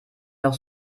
noch